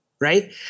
right